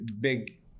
big